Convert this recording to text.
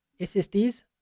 SSDs